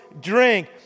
Drink